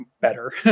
better